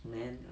then